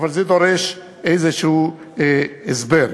אבל זה דורש הסבר כלשהו.